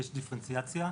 יש דיפרנציאציה,